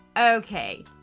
Okay